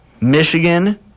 Michigan